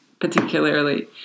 particularly